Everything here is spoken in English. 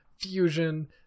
fusion